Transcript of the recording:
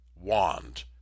wand